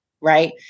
right